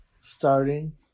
starting